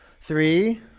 Three